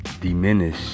Diminish